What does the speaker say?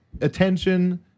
attention